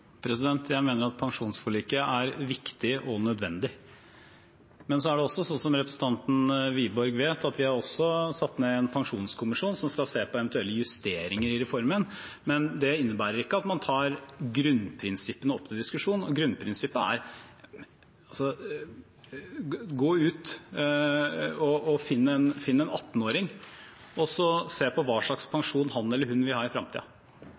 Jeg mener at pensjonsforliket er viktig og nødvendig. Men det er også sånn, som representanten Wiborg vet, at vi har satt ned en pensjonskommisjon som skal se på eventuelle justeringer i reformen. Det innebærer ikke at man tar grunnprinsippene opp til diskusjon. Grunnprinsippet er: Gå ut og finn en 18-åring og se på hva slags pensjon han eller hun vil ha i